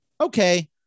Okay